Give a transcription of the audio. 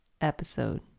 episode